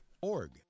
Org